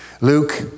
Luke